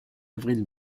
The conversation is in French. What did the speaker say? avril